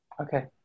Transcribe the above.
Okay